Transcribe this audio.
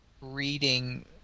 reading